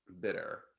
bitter